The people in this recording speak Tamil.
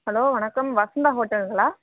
ஹலோ வணக்கம் வசந்தா ஹோட்டலுங்களா